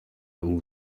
all